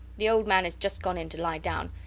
the old man is just gone in to lie down.